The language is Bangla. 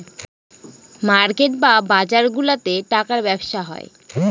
মার্কেট বা বাজারগুলাতে টাকার ব্যবসা হয়